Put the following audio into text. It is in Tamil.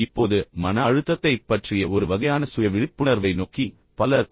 இப்போது மன அழுத்தத்தைப் பற்றிய ஒரு வகையான சுய விழிப்புணர்வை நோக்கி பலர் ஓ